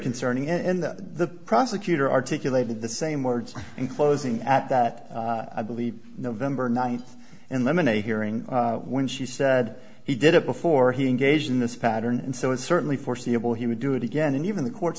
concerning and the prosecutor articulated the same words in closing at that i believe november ninth and limon a hearing when she said he did it before he engaged in this pattern and so it's certainly foreseeable he would do it again and even the court